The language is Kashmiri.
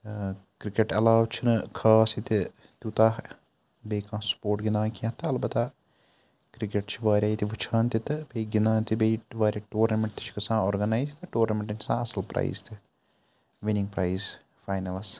ٲں کِرکٹ علاوٕ چھُنہٕ خاص ییٚتہِ تیٛوتاہ بیٚیہِ کانٛہہ سپورٹ گِنٛدان کیٚنٛہہ تہٕ البتہ کِرکٹ چھِ واریاہ ییٚتہِ وُچھان تہِ تہٕ بیٚیہِ گِنٛدان تہِ بیٚیہِ واریاہ ٹورنامیٚنٛٹ تہِ چھِ گَژھان آرگَنایِز تہٕ ٹورنامیٚنٹَن چھِ آسان اصٕل پرٛایِز تہِ وِنِنٛگ پرٛایِز فاینلَس